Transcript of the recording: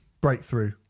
breakthrough